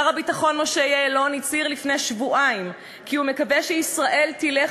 שר הביטחון משה יעלון הצהיר לפני שבועיים כי הוא מקווה שישראל תלך